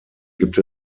gibt